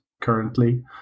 currently